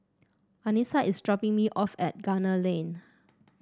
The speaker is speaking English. Anissa is dropping me off at Gunner Lane